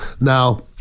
Now